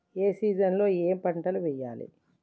ఏ season లో ఏం పంటలు వెయ్యాలి?